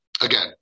Again